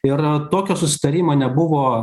ir tokio susitarimo nebuvo